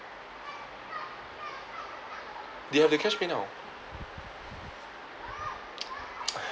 they have the cash pay now